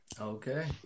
Okay